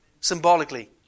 symbolically